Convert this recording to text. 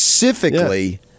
specifically